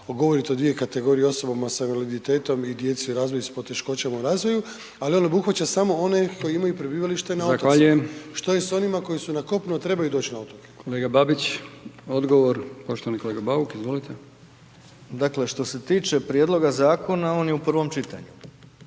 govorite o dvije kategorije, o osobama s invaliditetom i djeci u razvoju s poteškoćama u razvoju, ali on obuhvaća samo one koji imaju prebivalište na otocima …/Upadica: Zahvaljujem./… što s onima koji su na kopnu, a trebaju doći na otoke.